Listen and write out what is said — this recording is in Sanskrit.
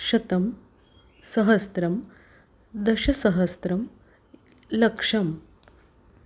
शतं सहस्त्रं दशसहस्त्रं लक्षम्